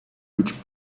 which